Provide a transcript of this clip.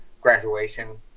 Graduation